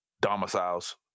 domiciles